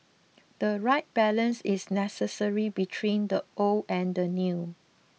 the right balance is necessary between the old and the new